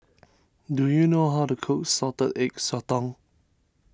do you know how to cook Salted Egg Sotong